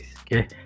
Okay